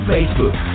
Facebook